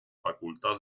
facultad